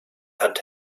hand